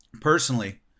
Personally